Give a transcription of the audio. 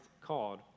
called